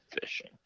fishing